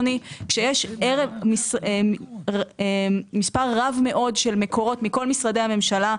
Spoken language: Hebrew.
שיש מספר רב מאוד של מקורות מכל משרדי הממשלה.